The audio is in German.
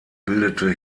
bildete